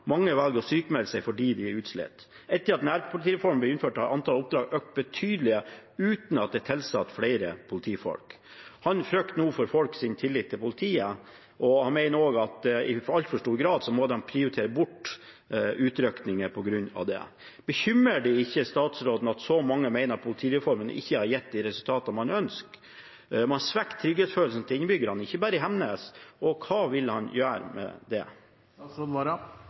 å sykmelde seg fordi de er utslitte.» Kristiansen sier at etter at nærpolitireformen ble innført, har antall oppdrag økt betydelig, uten at det er tilsatt flere politifolk. Han frykter nå for folks tillit til politiet og mener også at de i altfor stor grad må prioritere bort utrykninger på grunn av dette. Bekymrer det ikke statsråden at så mange mener politireformen ikke har gitt de resultatene man ønsker? Man svekker trygghetsfølelsen til innbyggerne, ikke bare i Hemnes. Hva vil han gjøre med det?